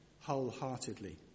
wholeheartedly